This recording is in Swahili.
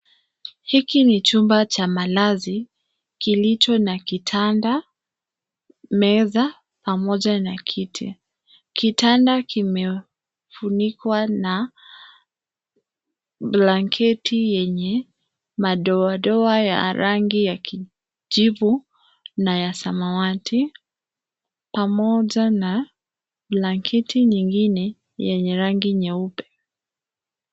Hiki ni chumba cha malazi kilicho na kitanda, meza, pamoja na kiti. Kitanda kimefunikwa na blanketi yenye madoadoa ya rangi ya kijivu na ya samawati, pamoja na blanketi nyingine yenye rangi nyeupe.